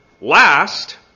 Last